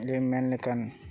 ᱜᱮ ᱢᱮᱱ ᱞᱮᱠᱷᱟᱱ